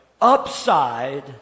upside